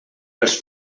els